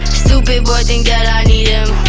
stupid boy think that i need him